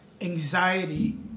anxiety